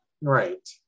Right